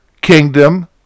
kingdom